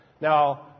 Now